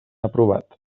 aprovat